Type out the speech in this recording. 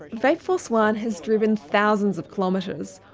vape force one has driven thousands of kilometres.